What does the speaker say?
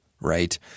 Right